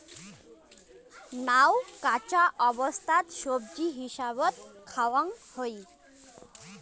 নাউ কাঁচা অবস্থাত সবজি হিসাবত খাওয়াং হই